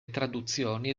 traduzioni